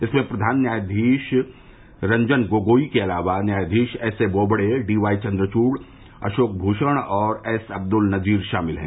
इसमें प्रधान न्यायाधीश रंजन गोगोई के अलावा न्यायाधीश S A Bobde D Y Chandrachud Ashok Bhushan और एस अब्दुल नजीर शामिल हैं